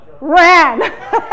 Ran